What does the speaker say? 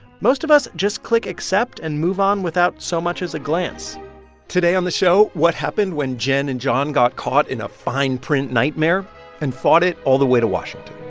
most of us just click accept and move on without so much as a glance today on the show what happened when jen and john got caught in a fine-print nightmare and fought it all the way to washington